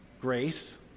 Grace